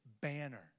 banner